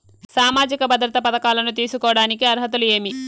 సామాజిక భద్రత పథకాలను తీసుకోడానికి అర్హతలు ఏమి?